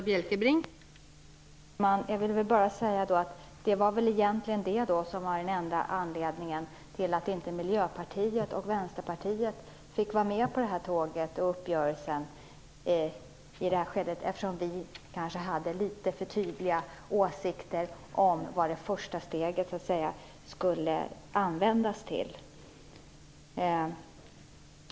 Fru talman! Det var väl egentligen det som var den enda anledningen till att Miljöpartiet och Vänsterpartiet inte fick vara med på tåget och uppgörelsen; vi hade litet för tydliga åsikter om vad det första steget skulle användas till.